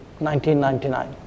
1999